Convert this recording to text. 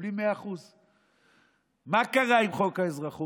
מקבלים 100%. מה קרה עם חוק האזרחות?